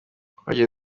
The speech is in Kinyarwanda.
twagiye